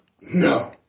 No